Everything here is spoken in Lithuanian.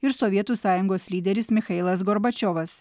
ir sovietų sąjungos lyderis michailas gorbačiovas